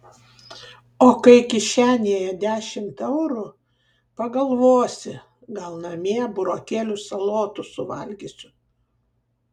o kai kišenėje dešimt eurų pagalvosi gal namie burokėlių salotų suvalgysiu